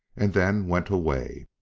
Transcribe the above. and then went away.